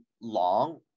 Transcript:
long